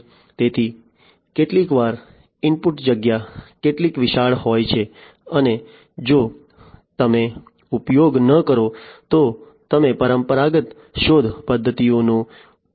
તેથી કેટલીકવાર ઇનપુટ જગ્યા એટલી વિશાળ હોય છે અને જો તમે ઉપયોગ ન કરો તો તમે પરંપરાગત શોધ પદ્ધતિઓનો ઉપયોગ કરી શકતા નથી